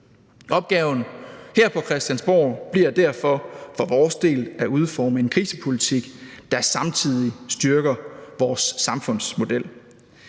Opgaven her på Christiansborg bliver derfor for vores del at udforme en krisepolitik, der samtidig styrker vores samfundsmodel;